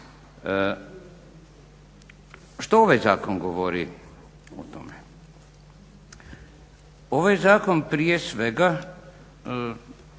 Što ovaj zakon govori o tome? Ovaj zakon prije svega